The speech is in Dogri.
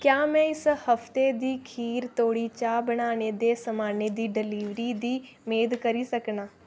क्या में इस हफ्ते दे खीर धोड़ी चाह् बनाने दे समानै दी डलीवरी दी मेद करी सकनां